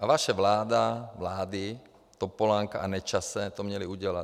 A vaše vláda vlády Topolánka a Nečase to měly udělat.